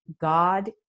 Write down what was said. God